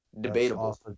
Debatable